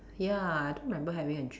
ya I don't remember having a dream